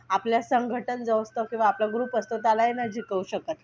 आपला संघटन जो असतो किंवा आपला ग्रुप असतो त्यालाही नाही जिंकवू शकत